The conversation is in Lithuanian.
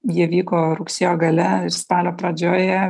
jie vyko rugsėjo gale spalio pradžioje